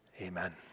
Amen